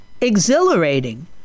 exhilarating